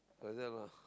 like that lah